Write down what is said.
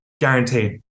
guaranteed